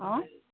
অঁ